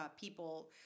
people